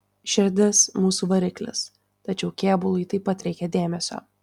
širdis mūsų variklis tačiau kėbului taip pat reikia dėmesio